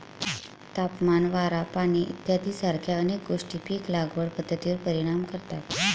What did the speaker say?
तापमान, वारा, पाणी इत्यादीसारख्या अनेक गोष्टी पीक लागवड पद्धतीवर परिणाम करतात